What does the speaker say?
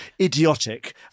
idiotic